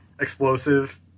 explosive